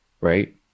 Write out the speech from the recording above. right